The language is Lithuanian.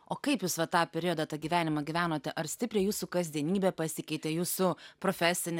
o kaip jūs va tą periodą tą gyvenimą gyvenote ar stipriai jūsų kasdienybė pasikeitė jūsų profesinė